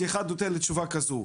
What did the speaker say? שמישהו ייתן לי תשובה כזו.